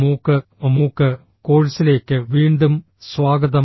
മൂക്ക് മൂക്ക് കോഴ്സിലേക്ക് വീണ്ടും സ്വാഗതം